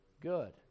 good